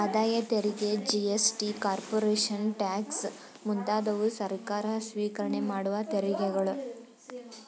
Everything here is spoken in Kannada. ಆದಾಯ ತೆರಿಗೆ ಜಿ.ಎಸ್.ಟಿ, ಕಾರ್ಪೊರೇಷನ್ ಟ್ಯಾಕ್ಸ್ ಮುಂತಾದವು ಸರ್ಕಾರ ಸ್ವಿಕರಣೆ ಮಾಡುವ ತೆರಿಗೆಗಳು